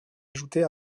ajoutée